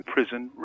Prison